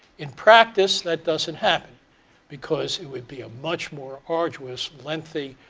in practice, that doesn't happen because it would be a much more arduous, lengthy